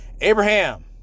Abraham